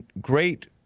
great